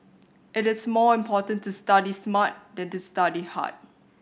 it is more important to study smart than to study hard